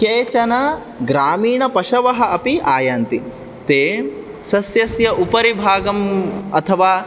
केचन ग्रामीणपशवः अपि आयन्ति ते सस्यस्य उपरि भागं अथवा